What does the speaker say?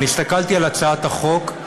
אני הסתכלתי על הצעת החוק,